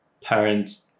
parents